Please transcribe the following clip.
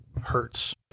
hurts